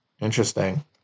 interesting